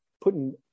putting